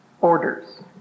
orders